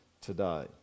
today